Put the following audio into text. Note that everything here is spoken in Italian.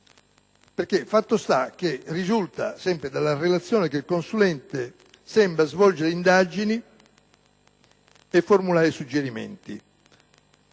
Fatto sta, che, come risulta sempre dalla relazione, il consulente sembra svolgere indagini e formulare suggerimenti.